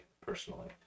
personally